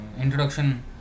introduction